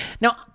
Now